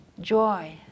joy